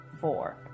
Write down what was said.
four